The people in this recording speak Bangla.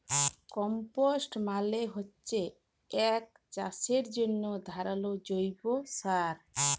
কম্পস্ট মালে হচ্যে এক চাষের জন্হে ধরলের জৈব সার